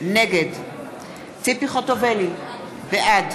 נגד ציפי חוטובלי, בעד